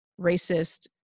racist